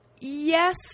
yes